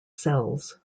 cells